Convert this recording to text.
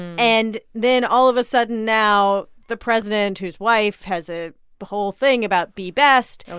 and then all of a sudden, now the president, whose wife has a whole thing about be best. oh,